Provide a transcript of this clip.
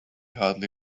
hardly